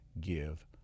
give